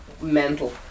mental